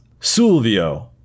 Sulvio